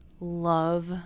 love